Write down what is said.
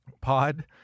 Pod